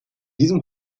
diesem